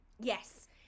yes